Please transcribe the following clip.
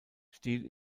stil